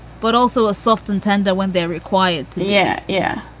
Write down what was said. but also a soft and tender when they're required to yeah. yeah.